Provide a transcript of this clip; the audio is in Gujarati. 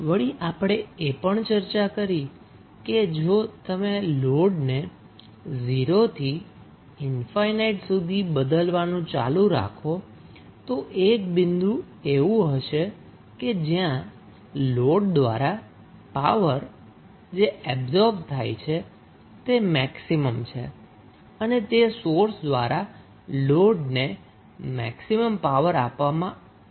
વળી આપણે એ પણ ચર્ચા કરી કે જો તમે લોડને 0 થી ઈન્ફાઈનાઈટ સુધી બદલવાનું ચાલુ રાખો તો એક બિંદુ એવું હશે કે જ્યાં લોડ દ્વારા પાવર જે એબ્સોર્બ થાય છે તે મેક્સિમમ છે અને તે સોર્સ દ્વારા લોડને મેક્સિમમપાવર આપવામાં આવતી